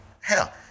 hell